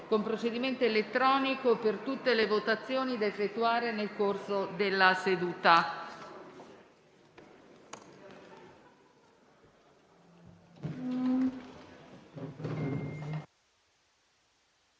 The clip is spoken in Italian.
con procedimento elettronico per tutte le votazioni da effettuare nel corso della seduta.